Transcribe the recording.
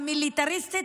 המיליטריסטית,